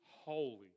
holy